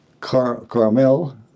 Carmel